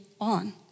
on